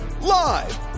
live